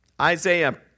Isaiah